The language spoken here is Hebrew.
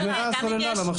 בוודאי שהוא צריך להזדהות.